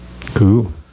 cool